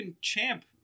champ